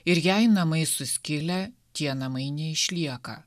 ir jei namai suskilę tie namai neišlieka